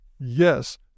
Yes